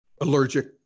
allergic